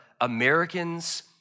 Americans